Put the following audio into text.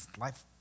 Life